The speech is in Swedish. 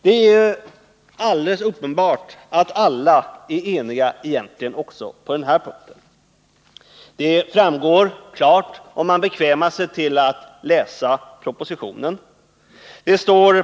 Det är alldeles uppenbart att alla egentligen är eniga också på denna punkt. Det framgår klart, om man bekvämar sig till att läsa proposition 145.